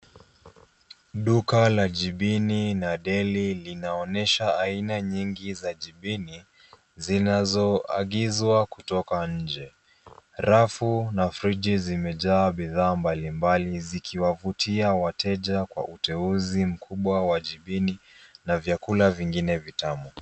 Duka la jibini na deli linaonyesha aina nyingi za jibini zinazoagizwa kutoka nje. Rafu na friji zimejaa bidhaa mbalimbali zikiwavutia wateja kwa uteuzi mkubwa wa jibini na vyakula vingine vitamu.